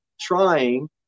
trying